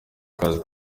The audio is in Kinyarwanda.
kazi